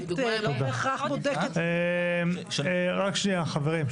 רק שנייה חברים.